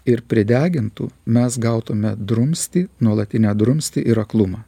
ir pridegintų mes gautume drumstį nuolatinę drumstį ir aklumą